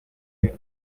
día